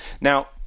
Now